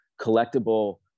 collectible